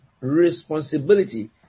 Responsibility